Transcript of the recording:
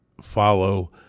follow